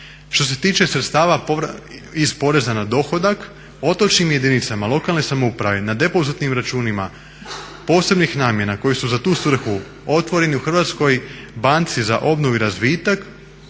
Što se tiče sredstava iz poreza na dohodak otočnim jedinicama lokalne samouprave na depozitnim računima posebnih namjena koje su za tu svrhu otvoreni u Hrvatskoj banci za obnovu i razvitak